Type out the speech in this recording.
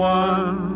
one